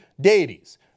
deities